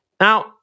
Now